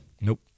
Nope